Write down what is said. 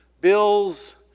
bills